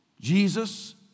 Jesus